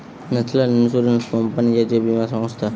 national insurance company জাতীয় বীমা সংস্থা